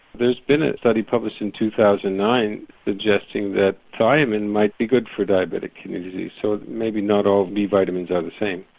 there's been a study published in two thousand and nine suggesting that thiamine might be good for diabetic communities, so maybe not all b vitamins are the same.